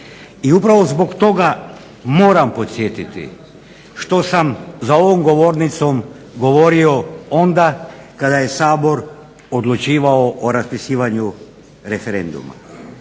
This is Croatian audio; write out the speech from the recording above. I upravo zbog toga moram podsjetiti što sam za ovom govornicom govorio onda kada je Sabor odlučivao o raspisivanju referenduma.